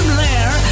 Blair